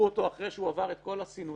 כשאנחנו קובעים כתנאי סף שהוא צריך